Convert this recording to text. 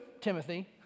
Timothy